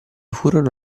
furono